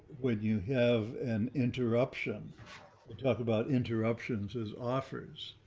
when you have an interruption, we talk about interruptions as offers.